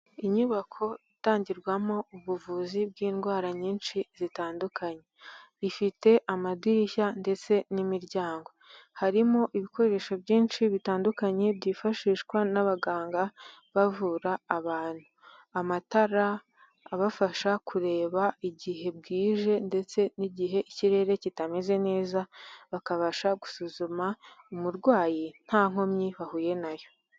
Inyubako itangirwamo ubuvuzi bw'indwara nyinshi zitandukanye, ifite amadirishya ndetse n'imiryango, harimo ibikoresho byinshi bitandukanye byifashishwa n'abaganga bavura abantu, amatara abafasha kureba igihe bwije ndetse n'igihe ikirere kitameze neza bakabasha gusuzuma umurwayi nta nkomyi bahuye nayo.